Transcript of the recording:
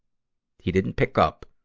he didn't pick up,